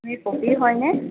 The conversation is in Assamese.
এই পপী হয়নে